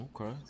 Okay